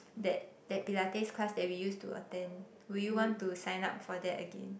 that that pilates class that we used to attend will you want to sign up for that again